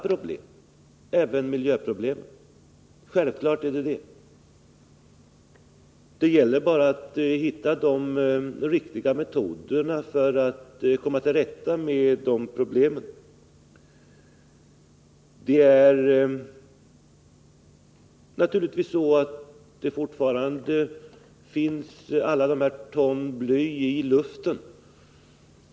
Där skall man angripa alla problem, även miljöproblemen. Det gäller bara att finna de riktiga metoderna för att komma till rätta med problemen. Fortfarande finns naturligtvis alla dessa ton bly i luften.